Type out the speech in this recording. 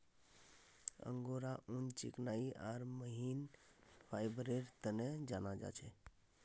angora ऊन चिकनाई आर महीन फाइबरेर तने जाना जा छे